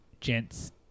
gents